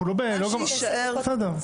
אנחנו לא --- מה שיישאר --- בסדר,